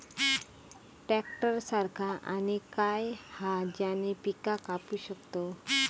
Tractor सारखा आणि काय हा ज्याने पीका कापू शकताव?